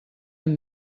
amb